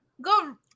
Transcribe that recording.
go